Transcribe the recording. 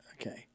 Okay